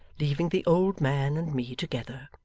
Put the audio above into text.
leaving the old man and me together.